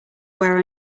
where